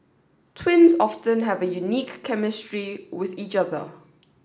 twins often have a unique chemistry with each other